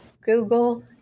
Google